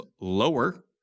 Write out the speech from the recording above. lower